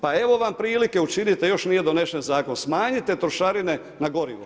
Pa evo vam prilike učinite, još nije donesen zakon, smanjite trošarine na gorivo.